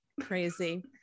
crazy